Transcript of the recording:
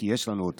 כי יש לנו.